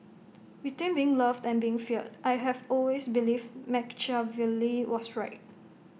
between being loved and being feared I have always believed Machiavelli was right